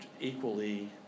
equally